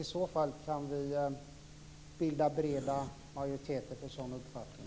I så fall kan vi bilda breda majoriteter för en sådan uppfattning.